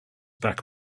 back